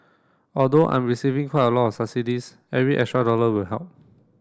although I'm receiving quite a lot of subsidies every extra dollar will help